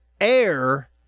Air